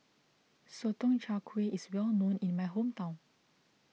Sotong Char Kway is well known in my hometown